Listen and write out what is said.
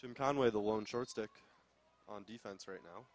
jim conway the one short stick on defense right now